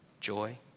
Joy